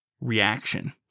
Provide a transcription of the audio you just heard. reaction